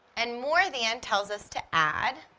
and more than tells us to add.